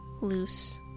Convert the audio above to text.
Loose